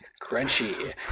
Crunchy